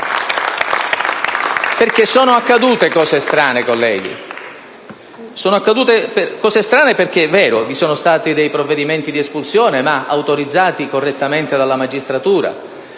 PdL).* Sono accadute cose strane, colleghi: cose strane perché, è vero, vi sono stati dei provvedimenti di espulsione, ma autorizzati correttamente dalla magistratura.